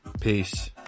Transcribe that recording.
Peace